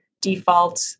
default